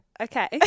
Okay